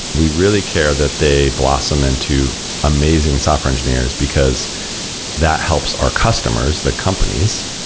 we really care that they blossom into amazing software engineers, because that helps our customers, the companies.